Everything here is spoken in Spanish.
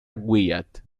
wyatt